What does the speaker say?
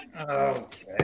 okay